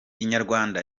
inyarwanda